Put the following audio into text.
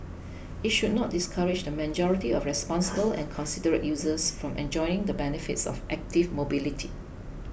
it should not discourage the majority of responsible and considerate users from enjoying the benefits of active mobility